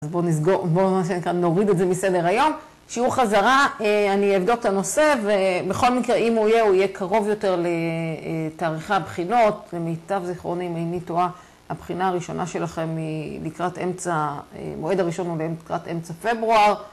אז בואו נוריד את זה מסדר היום. שיעור חזרה, אני אבדוק את הנושא, ובכל מקרה, אם הוא יהיה, הוא יהיה קרוב יותר לתאריכי הבחינות. למיטב זיכרוני, אם איני טועה, הבחינה הראשונה שלכם היא לקראת אמצע, מועד הראשון הוא לקראת אמצע פברואר.